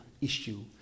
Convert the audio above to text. issue